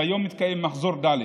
כיום מתקיים מחזור ד'.